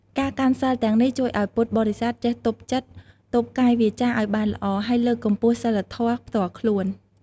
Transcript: ការកាន់សីលទាំងនេះជួយឱ្យពុទ្ធបរិស័ទចេះទប់ចិត្ត ទប់កាយវាចាឱ្យបានល្អ ហើយលើកកម្ពស់សីលធម៌ផ្ទាល់ខ្លួន។